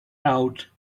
out